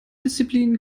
disziplin